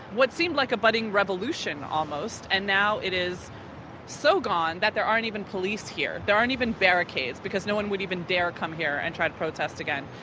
what seemed like a budding revolution almost. and now it is so gone that there aren't even police here. there aren't even barricades, because no one would even dare come here and try to protest again.